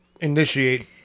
initiate